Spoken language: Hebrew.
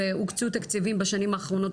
והוקצו תקציבים בשנים האחרונות,